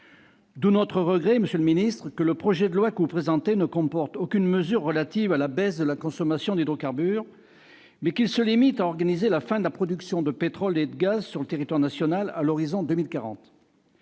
D'où notre regret, monsieur le ministre d'État, que le projet de loi que vous présentez ne comporte aucune mesure relative à la baisse de la consommation d'hydrocarbures et qu'il se limite à organiser la fin de la production de pétrole et de gaz sur le territoire national à l'horizon 2040.